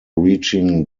reaching